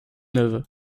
neuve